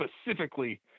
specifically